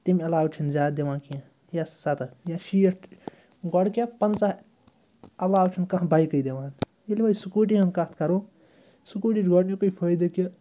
تَمہِ علاوٕ چھِنہٕ زیادٕ دِوان کیٚنٛہہ یا سَتَتھ یا شیٖٹھ گۄڈٕ کیٛاہ پنٛژاہ علاوٕ چھُنہٕ کانٛہہ بایکٕے دِوان ییٚلہِ وۄنۍ سٕکوٗٹی ہُنٛد کَتھ کَرو سٕکوٗٹی چھِ گۄڈٕنیُکُے فٲیدٕ کہِ